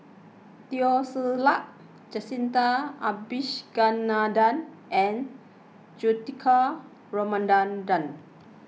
Teo Ser Luck Jacintha Abisheganaden and Juthika Ramanathan